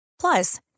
Plus